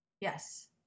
Yes